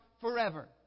forever